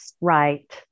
right